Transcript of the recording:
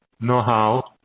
know-how